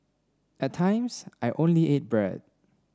at times I only ate bread